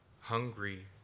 hungry